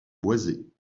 boisées